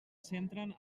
centren